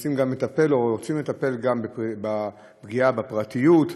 לטפל, או רוצים לטפל, בפגיעה בפרטיות,